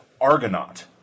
Argonaut